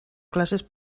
classes